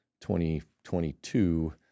2022